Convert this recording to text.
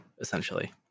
essentially